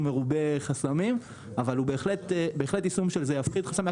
מרובה חסמים אבל בהחלט יש סיכוי שזה יפחית את אפשרות